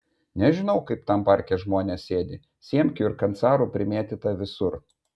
nežinau kaip tam parke žmonės sėdi siemkių ir kancarų primėtyta visur